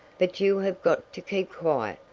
but you have got to keep quiet,